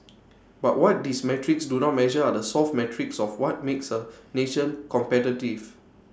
but what these metrics do not measure are the soft metrics of what makes A nation competitive